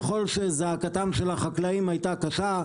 ככל שזעקתם של החקלאים הייתה קשה,